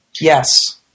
Yes